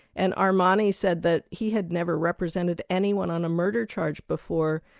and armani said that he had never represented anyone on a murder charge before,